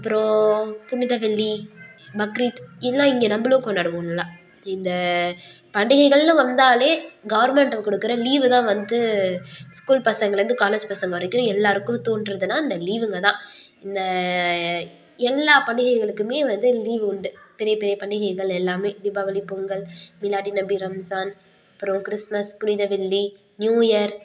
அப்புறோம் புனிதவெள்ளி பக்ரீத் எல்லாம் இங்கே நம்மளும் கொண்டாடுவோம் நல்லா இந்த பண்டிகைகள்னு வந்தால் கவுர்மெண்டில் கொடுக்கிற லீவ் தான் வந்து ஸ்கூல் பசங்கலேருந்து காலேஜ் பசங்க வரைக்கும் எல்லாருக்கும் தோன்றதுன்னா இந்த லீவுங்க தான் இந்த எல்லா பண்டிகைகளுக்கும் வந்து லீவு உண்டு பெரிய பெரிய பண்டிகைகள் எல்லாம் தீபாவளி பொங்கல் மிலாடிநபி ரம்ஸான் அப்புறம் கிறிஸ்துமஸ் புனிதவெள்ளி நியூஇயர்